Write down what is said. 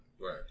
Right